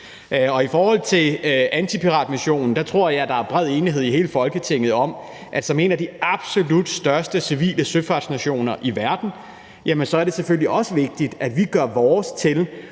I forhold til antipiratmissionen tror jeg at der er bred enighed i Folketinget om, at som en af de absolut største civile søfartsnationer i verden, er det selvfølgelig også vigtigt, at vi gør vores til